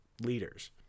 leaders